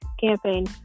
campaign